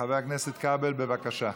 חבר הכנסת כבל, בבקשה.